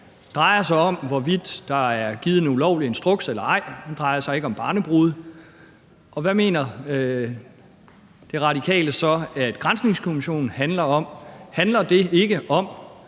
drejer sig om, hvorvidt der er givet en ulovlig instruks eller ej. Den drejer sig ikke om barnebrude. Hvad mener De Radikale så, at granskningskommissionen handler om? Handler den ikke om,